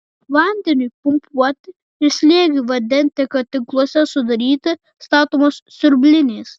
vandeniui pumpuoti ir slėgiui vandentiekio tinkluose sudaryti statomos siurblinės